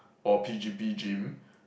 or P_G_P gym